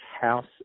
House